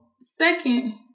Second